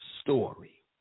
story